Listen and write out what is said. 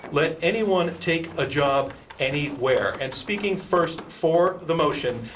let anyone take a job anywhere. and speaking first for the motion,